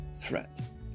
threat